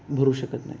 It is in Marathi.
भरू शकत नाही